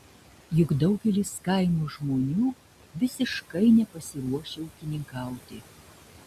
juk daugelis kaimo žmonių visiškai nepasiruošę ūkininkauti